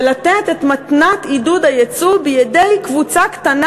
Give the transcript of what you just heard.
ולתת את מתנת עידוד הייצוא בידי קבוצה קטנה